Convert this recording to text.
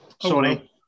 Sorry